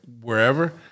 wherever